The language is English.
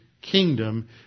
kingdom